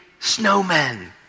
snowmen